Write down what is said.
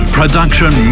Production